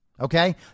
Okay